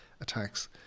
attacks